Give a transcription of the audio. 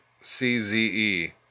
C-Z-E